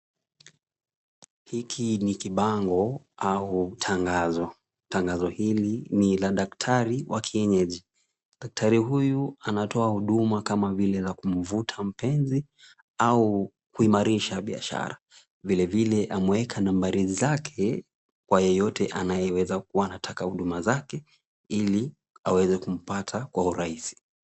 Hiki ni kibango au tangazo. Tangazo hili ni la daktari wa kienyeji. Daktari huyu anatoa huduma kama vile za kumvuta mpenzi, au kuimarisha biashara. Vilevile, ameeka nambari zake kwa yeyote anayewezakua anataka huduma zake ili awezekumpata kwa urahisi.